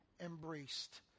embraced